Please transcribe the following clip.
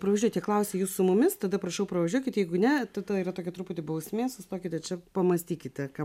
pravažiuoti klausė jis su mumis tada prašau pravažiuokit jeigu ne tu tai yra tokia truputį bausmė sustokite čia pamąstykite ką